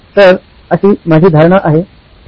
तर अशी माझी धारणा आहे ठीक आहे